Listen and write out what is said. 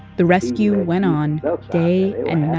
the rescue went on day and